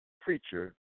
preacher